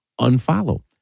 unfollow